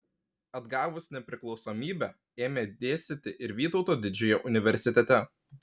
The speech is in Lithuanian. atgavus nepriklausomybę ėmė dėstyti ir vytauto didžiojo universitete